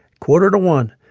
quarter to one,